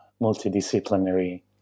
multidisciplinary